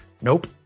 Nope